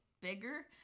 bigger